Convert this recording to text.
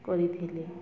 କରିଥିଲେ